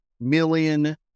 million